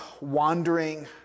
wandering